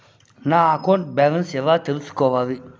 నా account balance ఎలా తెల్సుకోవాలి